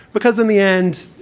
because in the end,